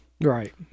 Right